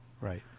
Right